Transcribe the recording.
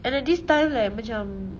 and at this time leh macam